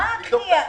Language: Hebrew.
מה הכי יעיל?